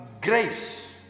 grace